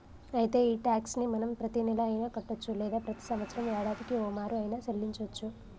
అయితే ఈ టాక్స్ ని మనం ప్రతీనెల అయిన కట్టొచ్చు లేదా ప్రతి సంవత్సరం యాడాదికి ఓమారు ఆయిన సెల్లించోచ్చు